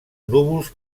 núvols